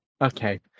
Okay